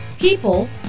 people